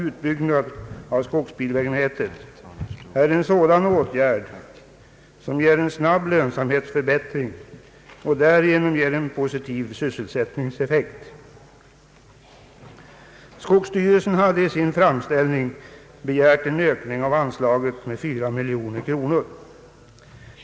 Utbyggnad av skogsbilvägnätet är en stödåtgärd som ger snabb lönsamhetsförbättring och därigenom en positiv sysselsättningseffekt. Skogsstyrelsen hade i sin framställning begärt en ökning av anslaget med 4 miljoner kronor.